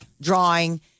drawing